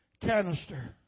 canister